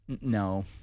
no